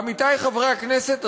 עמיתי חברי הכנסת,